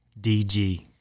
DG